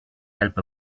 help